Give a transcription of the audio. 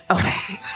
Okay